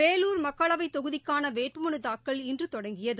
வேலூர் மக்களவைத் தொகுதிக்கானவேட்புமனுதாக்கல் இன்றுதொடங்கியது